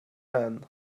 man